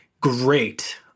Great